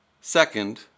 Second